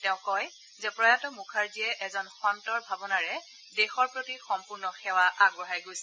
তেওঁ কয় যে প্ৰয়াত মুখাৰ্জীয়ে এজন সন্তৰ ভাৱনাৰে দেশৰ প্ৰতি সম্পূৰ্ণ সেৱা আগবঢ়াই গৈছে